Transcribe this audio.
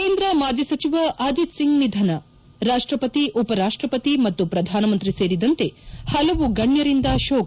ಕೇಂದ್ರ ಮಾಜಿ ಸಚಿವ ಅಜಿತ್ ಸಿಂಗ್ ನಿಧನ ರಾಷ್ಷಪತಿ ಉಪರಾಷ್ಷಪತಿ ಮತ್ತು ಪ್ರಧಾನಮಂತ್ರಿ ಸೇರಿದಂತೆ ಹಲವು ಗಣ್ಯರಿಂದ ಶೋಕ